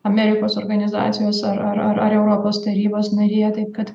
amerikos organizacijos ar ar europos tarybos narė taip kad